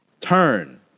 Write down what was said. turn